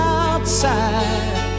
outside